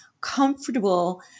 comfortable